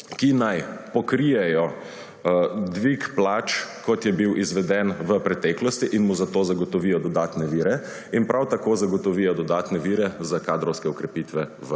ki naj pokrijejo dvig plač, ki je bil izveden v preteklosti, in mu zagotovijo dodatne vire, prav tako pa zagotovijo tudi dodatne vire za kadrovske okrepitve v